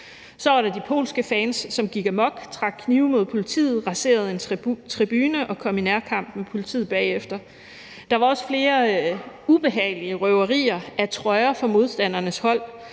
Så var der de polske fans, som gik amok, trak knive mod politiet, raserede en tribune og kom i nærkamp med politiet bagefter. Der var også flere ubehagelige røverier af trøjer fra modstandernes hold,